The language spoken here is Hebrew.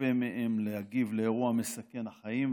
מצופה מהם להגיב על אירוע מסכן החיים,